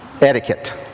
etiquette